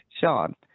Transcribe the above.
Sean